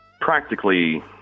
Practically